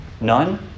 None